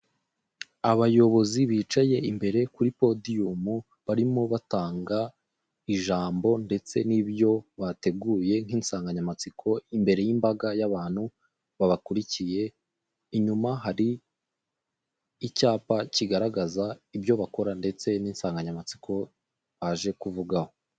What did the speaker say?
Abayobozi bicaye imbere kuri podiyumu barimo batanga ijambo, ndetse n'ibyo bateguye nk'insanganyamatsiko' imbere y'imbaga y'abantu babakurikiye. Inyuma hari icyapa kigaragaza ibyo bakora ndetse n'insanganyamatsiko baje kuvugaho.